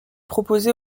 proposé